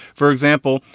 for example,